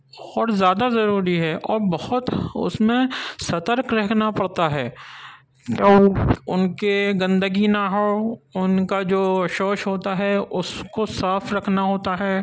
اور زیادہ ضروری ہے اور بہت اُس میں سترک رہنا پڑتا ہے اور اُن كے گندگی ںہ ہوں اُن كا جو شوش ہوتا ہے اُس كو صاف ركھنا ہوتا ہے